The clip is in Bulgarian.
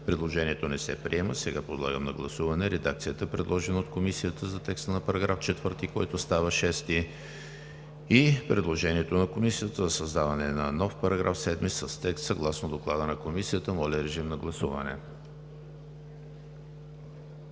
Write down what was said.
Предложението не се приема. Сега подлагам на гласуване редакцията, предложена от Комисията за текста на § 4, който става § 6, и предложението на Комисията за създаване на нов § 7 с текст съгласно Доклада на Комисията. Гласували